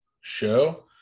show